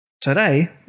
Today